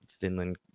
Finland